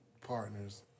partners